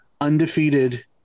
undefeated